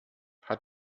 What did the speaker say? hat